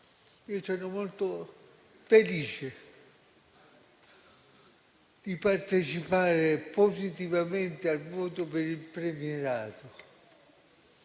sono molto felice di partecipare positivamente al voto per il premierato,